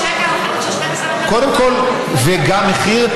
1,700 שקל לחדר של 12 מ"ר, קודם כול, וגם מחיר.